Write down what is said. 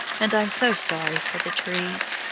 and i'm so sorry for the trees.